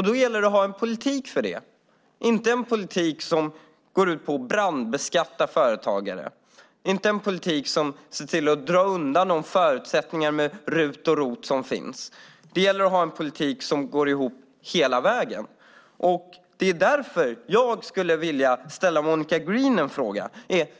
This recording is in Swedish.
Det gäller att ha en politik för det och inte en politik som går ut på att brandskatta företagare och dra undan de förutsättningar med RUT och ROT som finns. Det gäller att ha en politik som går ihop hela vägen. Monica Green,